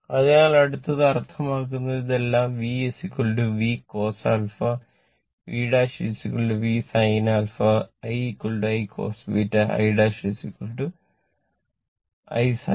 അതിനാൽ അടുത്തത് അർത്ഥമാക്കുന്നത് ഇതെല്ലാം V V Cos α V V sin α I I cos β I I sin β